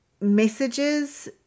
Messages